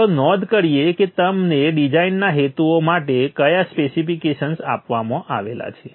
ચાલો નોંધ કરીએ કે તમને ડિઝાઇનના હેતુઓ માટે કયા સ્પેસિફિકેશન્સ આપવામાં આવેલા છે